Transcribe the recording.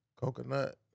Coconut